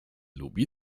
lubi